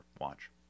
watch